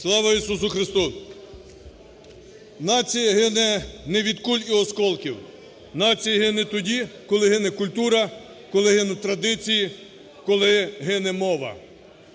Слава Ісусу Христу! Нація гине не від куль і осколків, нація гине тоді, коли гине культура, коли гинуть традиції, коли гине мова.